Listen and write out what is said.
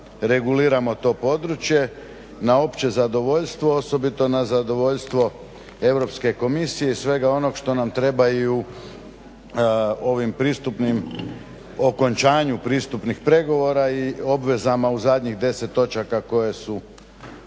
reguliramo to područje na opće zadovoljstvo, osobito na zadovoljstvo Europske komisije i svega onog što nam treba i u ovim pristupnim, okončanju pristupnih pregovora i obvezama u zadnjih deset točaka koje su